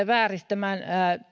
vääristämään